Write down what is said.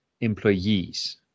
employees